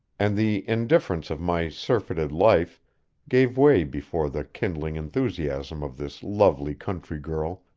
and the indifference of my surfeited life gave way before the kindling enthusiasm of this lovely country girl,